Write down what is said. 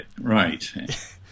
right